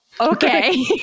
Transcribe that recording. okay